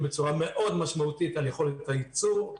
בצורה מאוד משמעותית על יכולת הייצור.